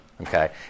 Okay